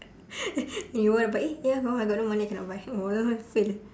you want to buy eh ya hor I got no money I cannot buy no wonder fail